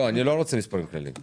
לא אני לא רוצה מספרים כלליים.